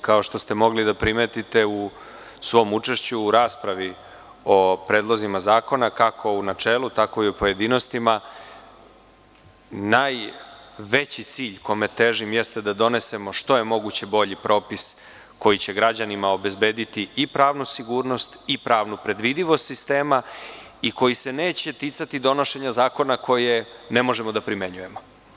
Kao što ste mogli da primetite u svom učešću u raspravi o predlozima zakona, kako u načelu, tako i u pojedinostima, najveći cilj kome težim jeste da donesemo što je moguće bolji propis koji će građanima obezbediti pravnu sigurnost, pravnu predvidivost sistema i koji se neće ticati donošenja zakona koje ne možemo da primenjujemo.